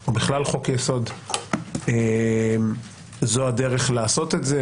או בכלל חוק-יסוד זו הדרך לעשות את זה.